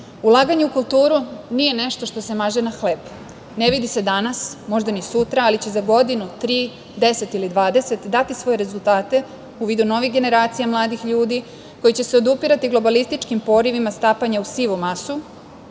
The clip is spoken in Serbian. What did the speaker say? u kulturu nije nešto što se maže na hleb. Ne vidi se danas, možda ni sutra, ali će za godinu, tri, deset ili dvadeset, dati svoje rezultate u vidu novih generacija mladih ljudi koji će se odupirati globalističkim porivima stapanja u sivu masu